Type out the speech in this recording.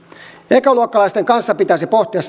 ekaluokkalaisten kanssa pitäisi pohtia